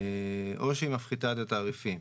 או שהיא מפחיתה את התעריפים.